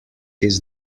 his